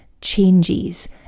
changes